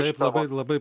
taip labai labai